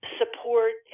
support